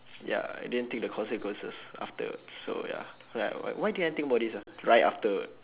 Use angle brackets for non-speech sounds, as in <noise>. <breath> ya I didn't think the consequences afterwards so ya like w~ why I didn't think about this ah right afterward